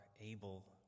able